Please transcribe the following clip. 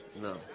No